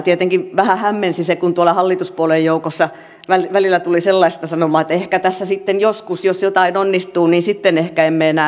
tietenkin vähän hämmensi se kun tuolla hallituspuolueiden joukossa välillä tuli sellaista sanomaa että ehkä tässä sitten joskus jos jotain onnistuu emme enää leikkaa